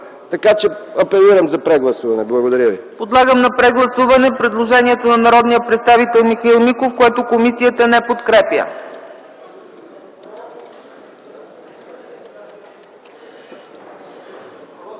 хората. Апелирам за прегласуване. Благодаря ви.